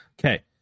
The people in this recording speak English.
Okay